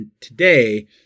today